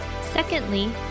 secondly